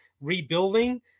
rebuilding